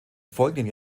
folgenden